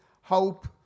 hope